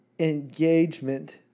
engagement